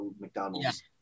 McDonald's